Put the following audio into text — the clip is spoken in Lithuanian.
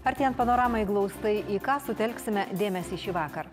artėjant panoramai glaustai į ką sutelksime dėmesį šįvakar